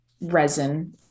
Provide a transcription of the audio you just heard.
resin